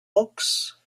books